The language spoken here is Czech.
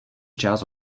část